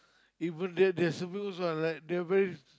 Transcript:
even that there's a bit also I like they're very